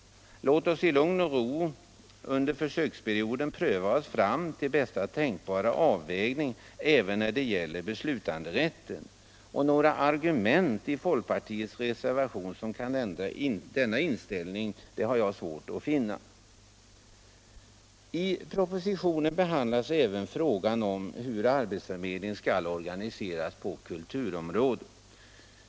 Låt oss i lugn och ro under försöksperioden pröva oss fram till bästa tänkbara avvägning även när det gäller beslutanderätten! Några argument i folkpartiets reservation som kan ändra denna inställning har jag svårt att finna. I propositionen behandlas även frågan hur arbetsförmedlingen skall organiseras på kulturområdet.